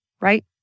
right